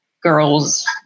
girls